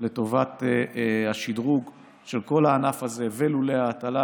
לטובת השדרוג של כל הענף הזה ולולי ההטלה,